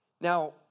Now